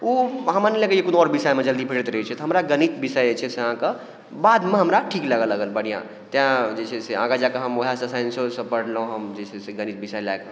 ओ हमरा नहि लगैया कोनो आओर विषयमे जल्दी भेटैत रहै छै तऽ हमरा गणित बिषय जे छै से अहाँकऽ बाद हमरा ठीक लागऽ लागल बढ़िआँ जे छै से आगाँ जाए कऽ हम ओएहसां साइंसो सब पढलहुँ हम जे छै से गणित विषय लए कऽ